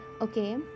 Okay